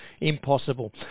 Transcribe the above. impossible